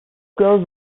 goes